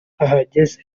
ahageze